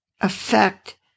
affect